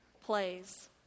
plays